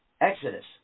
Exodus